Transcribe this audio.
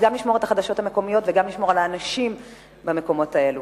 אז גם לשמור את החדשות המקומיות וגם לשמור על האנשים במקומות האלה.